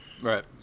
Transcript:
Right